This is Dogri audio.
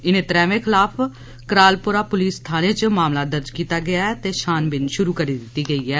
इनें त्रंवें खिलाफ करालपुरा पोलिस थानें च मामला दर्ज कीता गेआ ऐ ते छानबीन शुरू करी दित्ती गेई ऐ